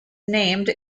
named